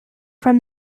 from